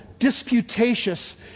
disputatious